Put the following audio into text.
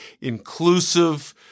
inclusive